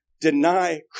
deny